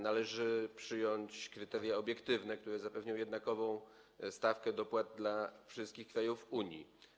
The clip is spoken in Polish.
Należy przyjąć kryteria obiektywne, które zapewnią jednakową stawkę dopłat dla wszystkich krajów Unii.